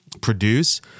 produce